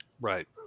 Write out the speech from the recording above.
Right